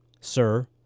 Sir